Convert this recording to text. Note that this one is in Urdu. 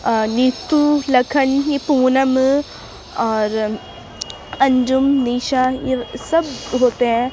نیتو لکھن یہ پونم اور انجم نیشا یہ سب ہوتے ہیں